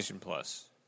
Plus